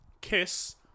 kiss